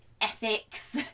ethics